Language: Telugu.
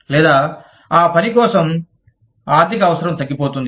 లేదా ఆ పని కోసం ఆర్థిక అవసరం తగ్గిపోతుంది